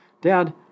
Dad